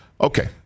Okay